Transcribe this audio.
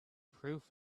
proof